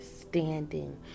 standing